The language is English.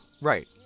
right